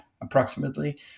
approximately